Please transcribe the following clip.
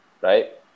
right